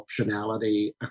optionality